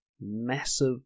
massive